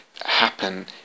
happen